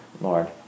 Lord